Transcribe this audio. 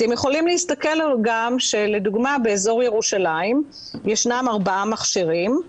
אתם יכולים להסתכל גם שלדוגמה באזור ירושלים ישנם ארבעה מכשירים,